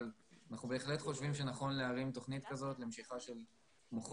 אבל אנחנו בהחלט חושבים שנכון להרים תוכנית כזו למשיכת מוחות,